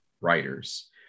writers